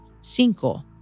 Cinco